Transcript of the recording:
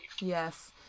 Yes